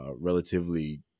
relatively